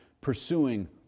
pursuing